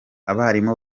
abarimu